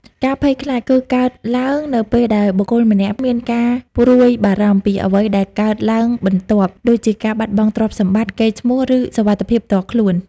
ការភ័យខ្លាចគឺកើតឡើងនៅពេលដែលបុគ្គលម្នាក់មានការព្រួយបារម្ភពីអ្វីដែលនឹងកើតឡើងបន្ទាប់ ដូចជាការបាត់បង់ទ្រព្យសម្បត្តិ កេរ្តិ៍ឈ្មោះ ឬសុវត្ថិភាពផ្ទាល់ខ្លួន។